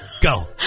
Go